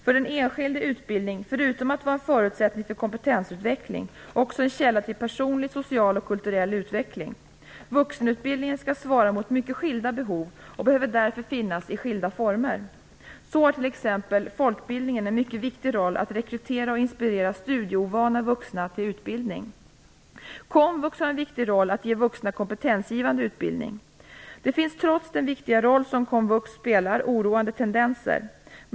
För den enskilde är utbildning, förutom att vara en förutsättning för kompetensutveckling, också en källa till personlig, social och kulturell utveckling. Vuxenutbildningen skall svara mot mycket skilda behov och behöver därför finnas i skilda former. Så har t.ex. folkbildningen en mycket viktig roll att rekrytera och inspirera studieovana vuxna till utbildning. Komvux har en viktig roll att ge vuxna kompetensgivande utbildning. Det finns trots den viktiga roll som komvux spelar oroande tendenser.